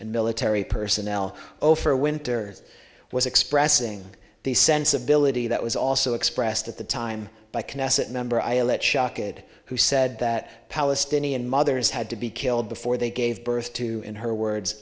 and military personnel overwinter was expressing the sensibility that was also expressed at the time by knesset member islet shock it who said that palestinian mothers had to be killed before they gave birth to in her words